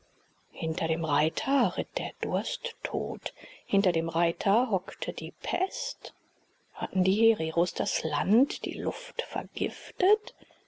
hinter dem reiter ritt der dursttod hinter dem reiter hockte die pest hatten die hereros das land die luft vergiftet